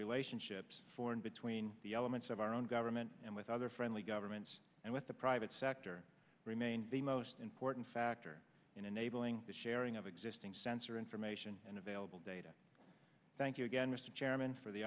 relationships for and between the elements of our own government and with other friendly governments and with the private sector remain the most important factor in a neighboring sharing of existing sensor information and available data thank you again mr chairman for the